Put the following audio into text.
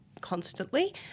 constantly